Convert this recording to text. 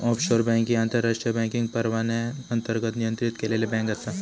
offshore bank ही आंतरराष्ट्रीय banking परवान्याअंतर्गत नियंत्रित केलेली बँक आसा